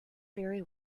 very